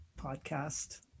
podcast